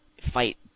fight